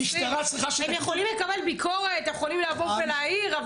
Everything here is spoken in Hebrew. הם יכולים לקבל ביקורת, הם יכולים לבוא ולהעיר.